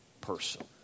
person